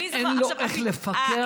כי אין לו איך לפקח.